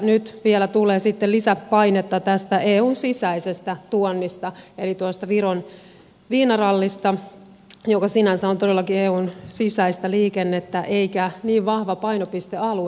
nyt vielä tulee sitten lisäpainetta tästä eun sisäisestä tuonnista eli tuosta viron viinarallista joka sinänsä on todellakin eun sisäistä liikennettä eikä niin vahva painopistealue